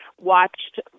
watched